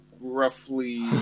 Roughly